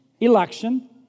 election